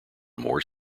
more